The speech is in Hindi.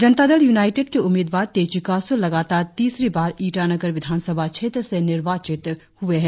जनता दल यूनाईटेड के उम्मीदवार तेची कासो लगातार तीसरी बार ईटानगर विधानसभा क्षेत्र से निर्वाचित हुए है